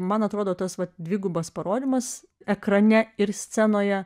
man atrodo tas dvigubas parodymas ekrane ir scenoje